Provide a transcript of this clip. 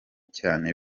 cyane